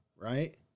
right